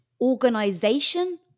organization